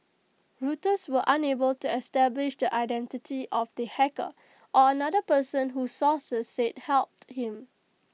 Reuters was unable to establish the identity of the hacker or another person who sources said helped him